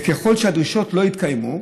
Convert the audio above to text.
וככל שהדרישות לא יתקיימו,